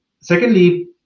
Secondly